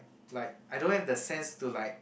like I don't have the sense to like